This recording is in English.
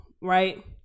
right